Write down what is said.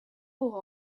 aura